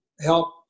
help